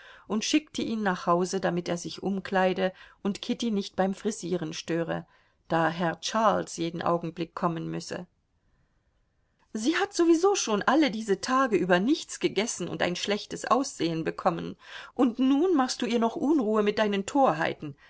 und schickte ihn nach hause damit er sich umkleide und kitty nicht beim frisieren störe da herr charles jeden augenblick kommen müsse sie hat sowieso schon alle diese tage über nichts gegessen und ein schlechtes aussehen bekommen und nun machst du ihr noch unruhe mit deinen torheiten